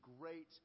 great